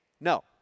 No